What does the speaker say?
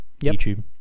YouTube